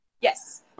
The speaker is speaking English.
Yes